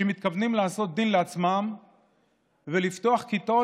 שמתכוונים לעשות דין לעצמם ולפתוח כיתות